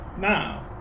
now